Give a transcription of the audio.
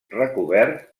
recobert